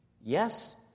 yes